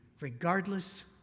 regardless